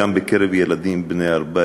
גם בקרב ילדים בני 14,